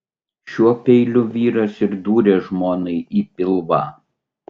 šiuo peiliu vyras ir dūrė žmonai į pilvą